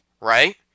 right